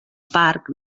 parc